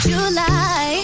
July